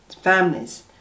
families